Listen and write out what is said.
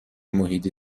محیط